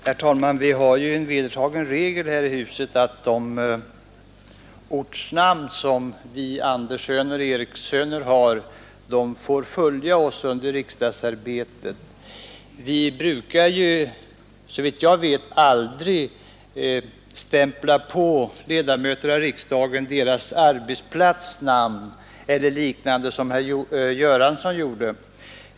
Herr talman! Det är ju en vedertagen regel här i huset att de ortnamn som vi Anderssöner och Erikssöner har får följa oss under riksdagsarbetet. Vi brukar, såvitt jag vet, aldrig sammankoppla ledamöternas namn med namnet på deras arbetsplatser eller liknande, som herr Göransson här gjorde.